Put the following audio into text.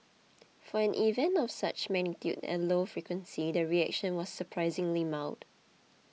for an event of such magnitude and low frequency the reaction was surprisingly mild